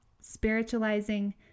spiritualizing